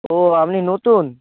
ও আপনি নতুন